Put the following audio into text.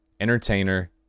entertainer